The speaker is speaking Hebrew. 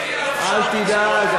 אל תדאג,